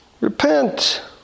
Repent